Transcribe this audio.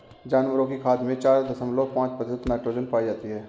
जानवरों की खाद में चार दशमलव पांच प्रतिशत नाइट्रोजन पाई जाती है